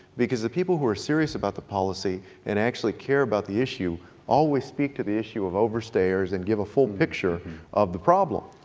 because the people who are serious about the policy and actually care about the issue always speak to the issue of overstayers and give a full picture of the problem.